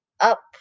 up